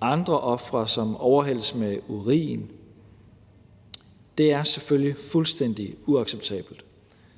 andre ofre, som overhældes med urin. Det er selvfølgelig fuldstændig uacceptabelt,